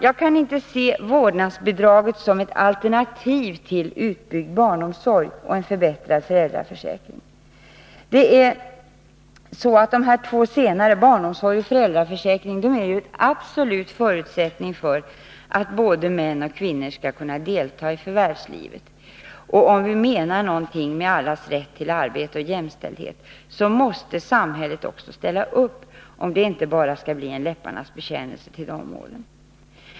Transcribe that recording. Jag kan inte se vårdnadsbidraget som ett alternativ till utbyggd barnomsorg och en förbättrad föräldraförsäkring. De två senare, barnomsorg och föräldraförsäkring, är en absolut förutsättning för att både män och kvinnor skall kunna delta i förvärvslivet. Om vi menar någonting med allas rätt till arbete och jämställdhet måste samhället också ställa upp om det inte bara skall bli en läpparnas bekännelse till de målen.